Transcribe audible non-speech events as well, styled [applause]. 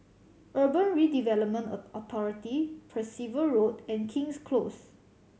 Urban Redevelopment [hesitation] Authority Percival Road and King's Close